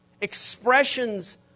expressions